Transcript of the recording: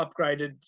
upgraded